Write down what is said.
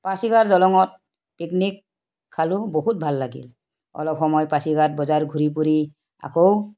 পাচিঘাট দলঙত পিকনিক খালোঁ বহুত ভাল লাগিল অলপ সময় পাচিঘাট বজাৰ ঘূৰি ফুৰি আকৌ